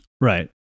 Right